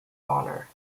honour